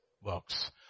works